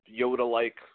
Yoda-like